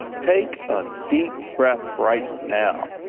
take a deep breath right now.